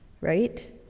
right